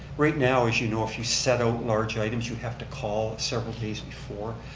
right now, as you know, if you set out large items, you have to call several days before.